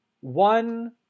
one